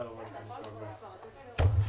אני פותח את הישיבה בנושא: